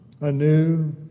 anew